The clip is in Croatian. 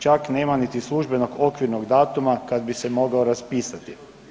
Čak nema niti službenog okvirnog datuma kad bi se mogao raspisati.